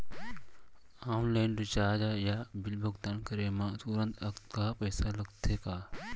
Online recharge या bill भुगतान करे मा तुरंत अक्तहा पइसा लागथे का?